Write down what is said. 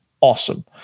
awesome